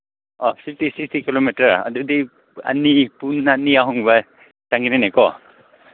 ꯑꯣ fifty sixty kilometre ꯑꯗꯨꯗꯤ ꯑꯅꯤ ꯄꯨꯡ ꯑꯅꯤ ꯑꯍꯨꯝꯒꯨꯝꯕ ꯆꯪꯒꯅꯤꯅꯦꯀꯣ